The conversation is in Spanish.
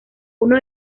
uno